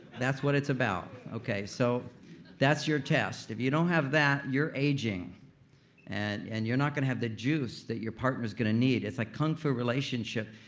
that's what it's about. so that's your test. if you don't have that, you're aging and and you're not gonna have the juice that your partner's gonna need it's like kung fu relationship,